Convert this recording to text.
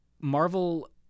Marvel